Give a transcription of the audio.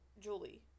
Julie